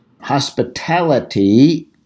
hospitality